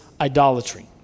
idolatry